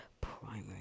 primary